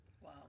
Wow